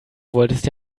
wolltest